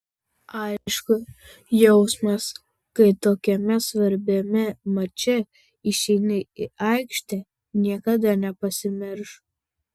aišku jausmas kai tokiame svarbiame mače išeini į aikštę niekada nepasimirš